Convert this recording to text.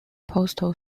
postal